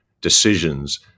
decisions